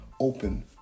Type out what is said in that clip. open